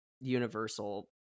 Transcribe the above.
universal